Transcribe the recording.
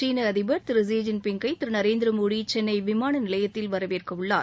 சீன அதிபர் திரு ஸி ஜின் பிங் கை திரு நரேந்திரமோடி சென்னை விமான நிலையத்தில் வரவேற்கவுள்ளார்